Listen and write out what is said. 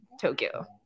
tokyo